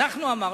אנחנו אמרנו,